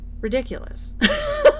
ridiculous